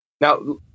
Now